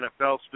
NFL